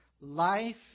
Life